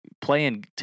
playing